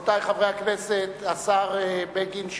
אין בעיה, חבר הכנסת בילסקי, אתה ראשון הדוברים.